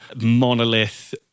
monolith